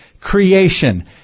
creation